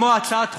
כמו הצעת החוק,